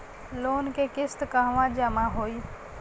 Loan के किस्त कहवा जामा होयी?